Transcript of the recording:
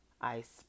ICE